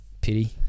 Pity